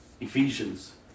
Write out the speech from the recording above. Ephesians